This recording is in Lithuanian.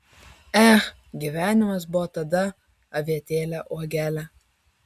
ech gyvenimas buvo tada avietėle uogele